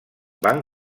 van